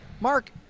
mark